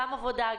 גם עבודה,